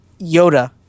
Yoda